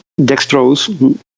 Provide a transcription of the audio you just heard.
dextrose